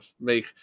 make